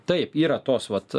taip yra tos vat